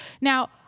Now